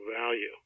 value